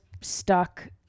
stuck